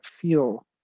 feel